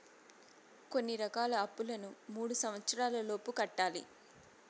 కొన్ని రకాల అప్పులను మూడు సంవచ్చరాల లోపు కట్టాలి